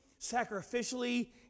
sacrificially